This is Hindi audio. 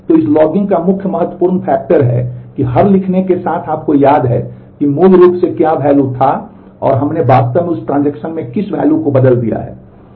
तो यह इस लॉगिंग का मुख्य महत्वपूर्ण फैक्टर को बदल दिया है